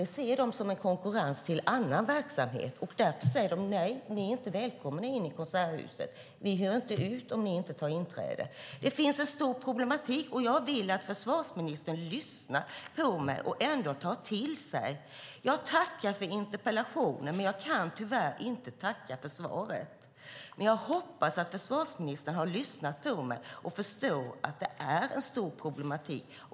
De ser det som konkurrens med annan verksamhet, och därför säger de: Nej, ni är inte välkomna in i konserthuset. Vi hyr inte ut om ni inte tar inträde. Det finns en stor problematik, och jag vill att försvarsministern lyssnar på mig och tar till sig. Jag tackar för interpellationsdebatten, men jag kan tyvärr inte tacka för svaret. Jag hoppas dock att försvarsministern har lyssnat på mig och förstår att det är en stor problematik.